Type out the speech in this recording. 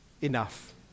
enough